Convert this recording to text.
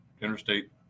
Interstate